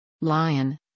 Lion